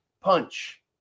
punch